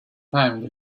time